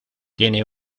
tiene